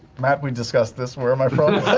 matt, we discussed this, where am i from?